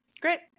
Great